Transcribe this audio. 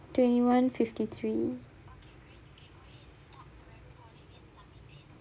twenty one fifty three